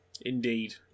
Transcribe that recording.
indeed